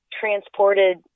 transported